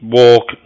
walk